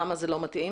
למה זה לא מתאים?